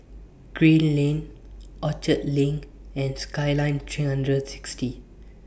Green Lane Orchard LINK and Skyline three hundred and sixty